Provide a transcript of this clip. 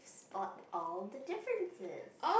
spot all the differences